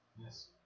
Yes